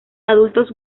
adultos